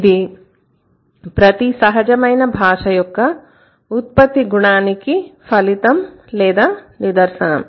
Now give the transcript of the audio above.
ఇది ప్రతి సహజమైన భాష యొక్క ఉత్పత్తి గుణానికి ఫలితం లేదా నిదర్శనం